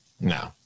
No